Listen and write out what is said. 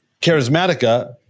charismatica